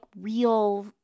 real